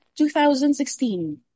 2016